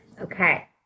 Okay